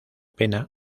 pena